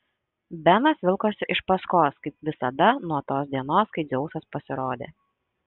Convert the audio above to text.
benas vilkosi iš paskos kaip visada nuo tos dienos kai dzeusas pasirodė